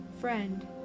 Friend